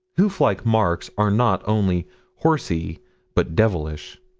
hoof-like marks are not only horsey but devilish.